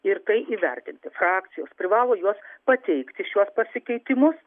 ir tai įvertinti frakcijos privalo juos pateikti šiuos pasikeitimus